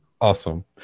Awesome